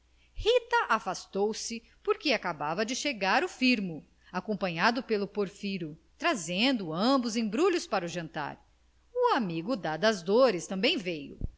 sugestão rita afastou-se porque acabava de chegar o firmo acompanhado pelo porfiro trazendo ambos embrulhos para o jantar o amigo da das dores também veio